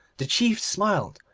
the chief smiled,